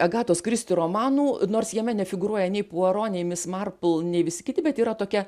agatos kristi romanų nors jame nefigūruoja nei puaro nei mis marpl nei visi kiti bet yra tokia